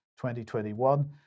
2021